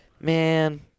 Man